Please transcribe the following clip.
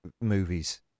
movies